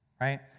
right